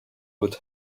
would